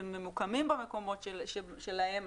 ממוקמים במקומות שלהם,